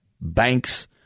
banks